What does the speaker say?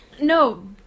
no